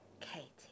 Katie